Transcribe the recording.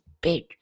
big